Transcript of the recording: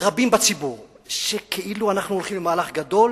רבים בציבור שכאילו אנחנו הולכים למהלך גדול